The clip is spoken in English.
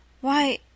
Why